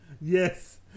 Yes